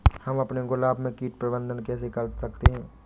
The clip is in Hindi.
हम अपने गुलाब में कीट प्रबंधन कैसे कर सकते है?